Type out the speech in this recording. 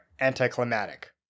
anticlimactic